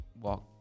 walk